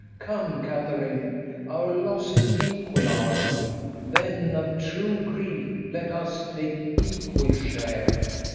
come, katharine our losses equal are then of true grief let us take equal share.